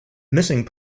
missing